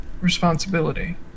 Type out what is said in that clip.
responsibility